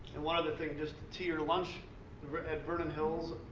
and one other thing just to teeter lunch at vernon hills